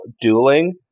dueling